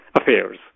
affairs